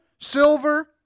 silver